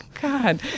God